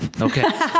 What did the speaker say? Okay